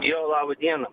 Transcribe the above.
jo laba diena